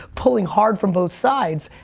pulling hard from both sides,